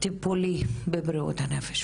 טיפולי בבריאות הנפש.